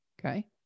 okay